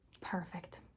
perfect